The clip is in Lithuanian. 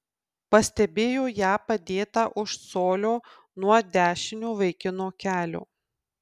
pastebėjo ją padėtą už colio nuo dešinio vaikino kelio